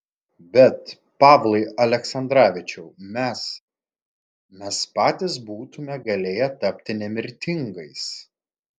bet pavlai aleksandrovičiau mes mes patys būtumėme galėję tapti nemirtingais